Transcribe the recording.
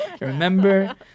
remember